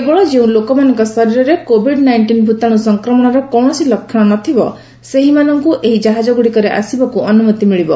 କେବଳ ଯେଉଁ ଲୋକମାନଙ୍କ ଶରୀରରେ କୋଭିଡ୍ ନାଇଷ୍ଟିନ୍ ଭୂତାଣୁ ସଂକ୍ରମଣର କୌଣସି ଲକ୍ଷଣ ନଥିବ ସେହିମାନଙ୍କୁ ଏହି ଜାହାଜଗୁଡ଼ିକରେ ଆସିବାକୁ ଅନୁମତି ମିଳିବ